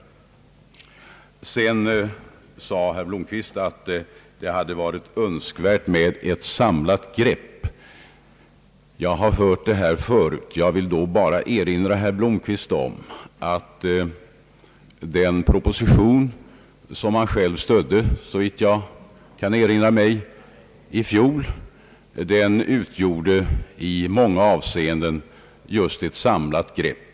Herr Blomquist sade att det hade varit önskvärt med ett samlat grepp. Jag har hört detta förut och vill bara erinra herr Blomquist om att den proposition som han själv, såvitt jag kan erinra mig, stödde i fjol, i många avseenden utgjorde just ett samlat grepp.